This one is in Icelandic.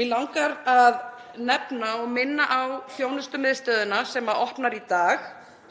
Mig langar að minna á þjónustumiðstöðina sem opnar í dag